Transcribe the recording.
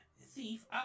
thief